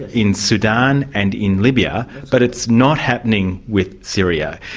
in sudan and in libya, but it's not happening with syria.